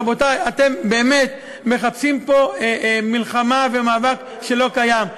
רבותי, אתם באמת מחפשים פה מלחמה ומאבק שלא קיים.